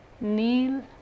kneel